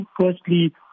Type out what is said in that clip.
firstly